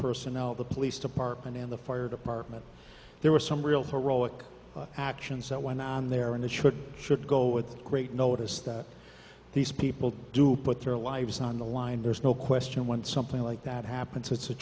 personnel the police department and the fire department there were some real heroic actions that when on there and it should should go with great notice that these people do put their lives on the line there's no question when something like that happens it's a